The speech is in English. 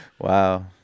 Wow